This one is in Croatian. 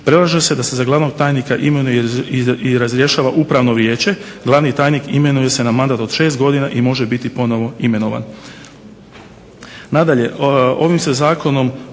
Predlaže se da se za glavnog tajnika imenuje i razrješava upravno vijeće. Glavni tajnik imenuje se na mandat od šest godina i može biti ponovo imenovan.